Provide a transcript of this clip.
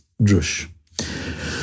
drush